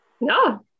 No